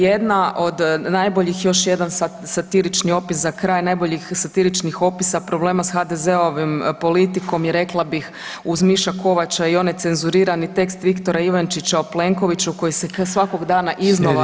Jedna od najboljih, još jedan satirični opis za kraj, najboljih satiričnih opisa problema s HDZ-ovom politikom je rekla bih uz Miša Kovača je i onaj cenzurirani tekst Viktora Ivančića o Plenkoviću koji se svakog dana iznova